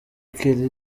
kelly